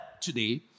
today